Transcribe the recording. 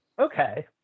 okay